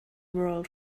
world